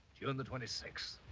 june the twenty sixth.